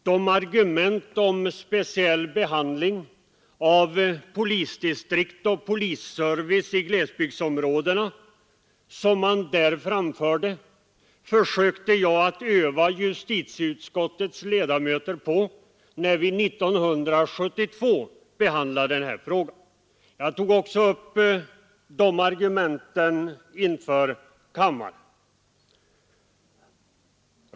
De argument för speciell behandling av polisdistrikt och för polisservice i glesbygdsområdena som man där framförde anförde jag själv i justitieutskottet när vi 1972 behandlade denna fråga. Jag tog också upp de argumenten i kammaren.